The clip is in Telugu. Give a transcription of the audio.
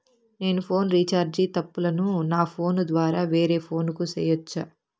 నేను ఫోను రీచార్జి తప్పులను నా ఫోను ద్వారా వేరే ఫోను కు సేయొచ్చా?